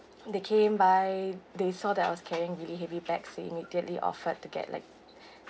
they came by they saw that I was carrying really heavy bags they immediately offered to get like